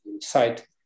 site